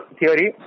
theory